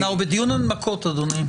אנחנו בדיון הנמקות, אדוני.